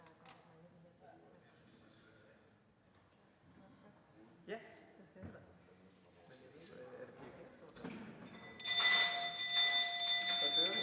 Tak